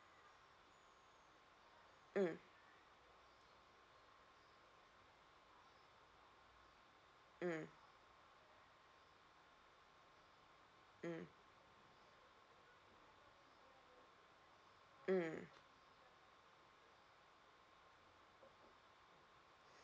mm mm mm mm